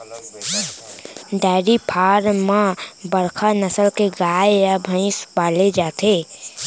dairy farm म बड़का नसल के गाय या भईंस पाले जाथे